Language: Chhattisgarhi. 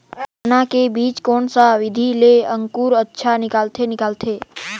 चाना के बीजा कोन सा विधि ले अंकुर अच्छा निकलथे निकलथे